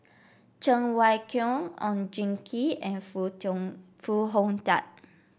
Cheng Wai Keung Oon Jin Gee and Foo Tong Foo Hong Tatt